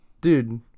Dude